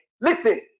Listen